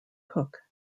cook